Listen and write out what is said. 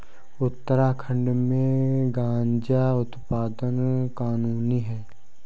उत्तराखंड में गांजा उत्पादन कानूनी है